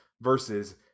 versus